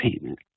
payment